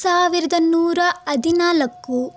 ಸಾವಿರದ ನೂರ ಹದಿನಾಲ್ಕು